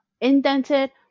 indented